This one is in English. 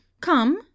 Come